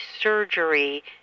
surgery